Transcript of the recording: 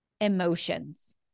emotions